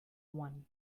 one